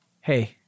Hey